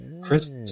Chris